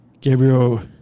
Gabriel